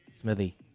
Smithy